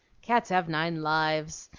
cats have nine lives,